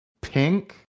pink